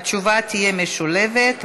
התשובה תהיה משולבת,